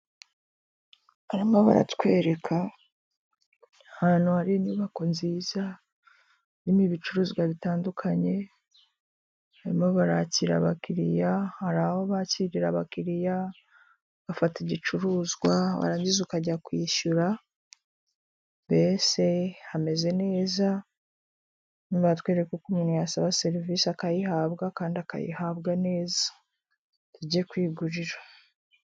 Barimo baratwereka ahantu hari inyubako nziza irimo ibicuruzwa bitandukanye, harimo barakira abakiliya hari aho bakirira abakiriya bafata igicuruzwa warangiza ukajya kwishyura, mbese hameze neza nibatwereka uko umuntu yasaba serivisi akayihabwa kandi akayihabwa neza mujye kugurira.